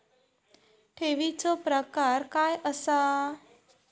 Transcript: ठेवीचो प्रकार काय असा?